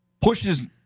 pushes